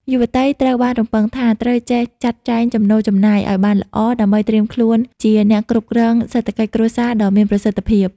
យុវតីត្រូវបានរំពឹងថា ត្រូវចេះ "ចាត់ចែងចំណូលចំណាយ" ឱ្យបានល្អ ដើម្បីត្រៀមខ្លួនជាអ្នកគ្រប់គ្រងសេដ្ឋកិច្ចគ្រួសារដ៏មានប្រសិទ្ធភាព។